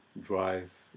drive